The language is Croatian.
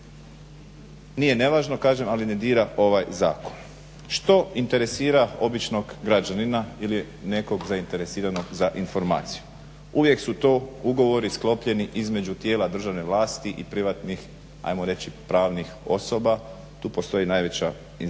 Nije nevažno kažem, ali ne dira ovaj zakon. Što interesira običnog građanina ili nekog zainteresiranog za informaciju? Uvijek su to ugovori sklopljeni između tijela državne vlasti i privatnih ajmo reći pravnih osoba. Tu postoji najveća